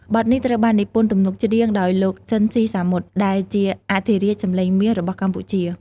បទនេះត្រូវបាននិពន្ធទំនុកច្រៀងដោយលោក ស៊ិន ស៊ីសាមុត ដែលជាអធិរាជសំឡេងមាសរបស់កម្ពុជា។